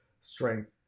strength